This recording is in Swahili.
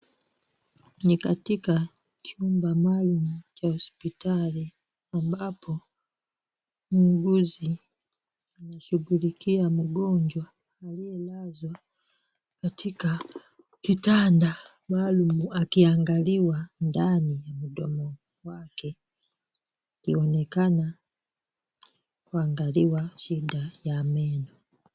Ni katika chumba maalum cha hospitali ambapo muuguzi anashughulikia mgonjwa aliyelazwa katika kitanda maalum aliangaliwa ndani ya mdomo wake akionekana akiangaliwa shida ya meno.